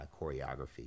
choreography